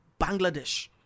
Bangladesh